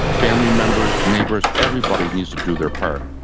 family members, neighbors, everybody needs to do their part.